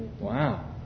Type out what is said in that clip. Wow